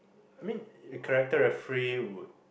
I mean if character referee would